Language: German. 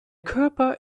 körper